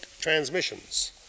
transmissions